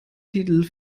titel